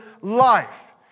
life